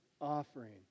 offering